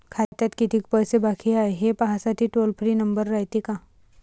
खात्यात कितीक पैसे बाकी हाय, हे पाहासाठी टोल फ्री नंबर रायते का?